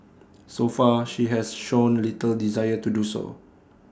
so far she has shown little desire to do so